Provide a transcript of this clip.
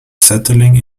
settling